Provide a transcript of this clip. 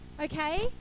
okay